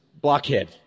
blockhead